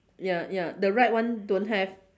ya ya the right one don't have